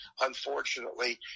unfortunately